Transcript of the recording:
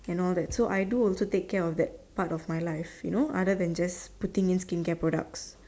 and all that so I do also take care of that part of my life you know other than just putting in skincare products